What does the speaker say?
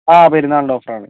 ആ പെരുന്നാളിൻ്റെ ഓഫറാണ്